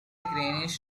greenish